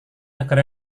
negara